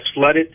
flooded